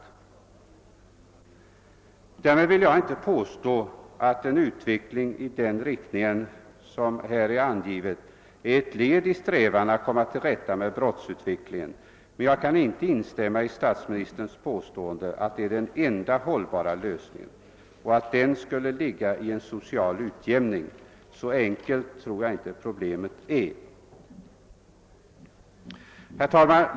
Med detta vill jag inte påstå att en utveckling mot minskade sociala klyftor inte är ett led i strävandena att komma till rätta med brottsutvecklingen, men jag kan inte instämma i statsministerns påstående att den enda hållbara lösningen skulle ligga i en social utjämning. Så enkelt tror jag inte problemet är. Herr talman!